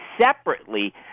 separately